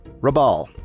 Rabal